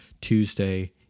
Tuesday